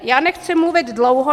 Já nechci mluvit dlouho.